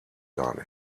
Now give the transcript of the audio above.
gar